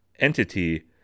Entity